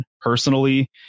personally